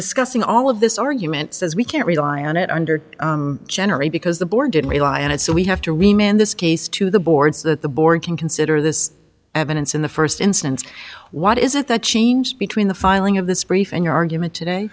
discussing all of this argument says we can't rely on it under general because the board didn't rely on it so we have to remain in this case to the board so that the board can consider this evidence in the first instance what is it that changed between the filing of this brief in your argument today